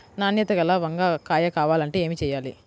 నాణ్యత గల వంగ కాయ కావాలంటే ఏమి చెయ్యాలి?